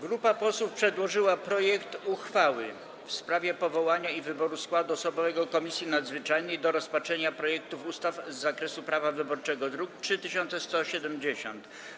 Grupa posłów przedłożyła projekt uchwały w sprawie powołania i wyboru składu osobowego Komisji Nadzwyczajnej do rozpatrzenia projektów ustaw z zakresu prawa wyborczego, druk nr 3170.